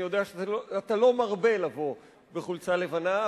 אני יודע שאתה לא מרבה לבוא בחולצה לבנה,